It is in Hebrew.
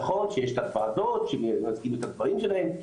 נכון שיש ועדות שמייצגים את הדברים שלהם,